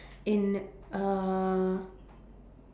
in uh